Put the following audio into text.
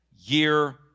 year